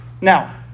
Now